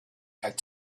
had